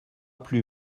plus